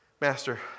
Master